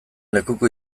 lekuko